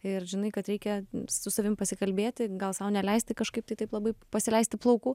ir žinai kad reikia su savim pasikalbėti gal sau neleisti kažkaip tai taip labai pasileisti plaukų